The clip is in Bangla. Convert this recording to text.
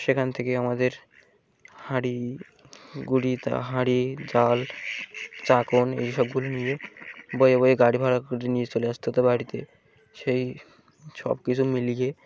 সেখান থেকে আমাদের হাঁড়ি গুড়ি হাঁড়ি জাল চাকন এইসবগুলি নিয়ে বয়ে বয়ে গাড়ি ভাড়া করে নিয়ে চলে আসতে হত বাড়িতে সেই সব কিছু মিলিয়ে